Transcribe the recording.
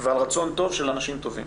ועל רצון טוב של אנשים טובים,